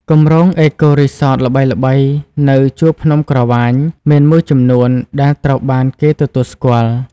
គម្រោង អេកូរីសតល្បីៗនៅជួរភ្នំក្រវាញមានមួយចំនួនដែលត្រូវបានគេទទួលស្គាល់។